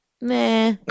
Nah